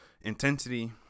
intensity